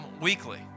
weekly